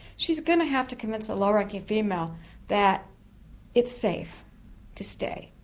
she's going to have to convince a lower-ranking female that it's safe to stay.